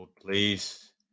Please